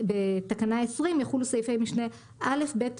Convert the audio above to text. בתקנה 20 יחולו סעיפי משנה (א), (ב),